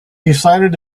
decided